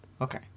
Okay